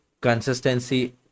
consistency